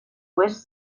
oest